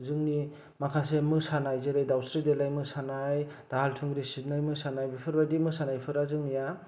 जोंनि माखासे मोसानाय जेरै दाउस्रि देलाइ मोसानाय दाहाल थुंग्रि सिबनाय मोसानाय बेफोरबादि मोसानाया जोंनिया